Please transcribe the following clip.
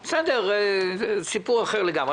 זה סיפור אחר לגמרי,